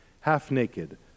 half-naked